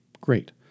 Great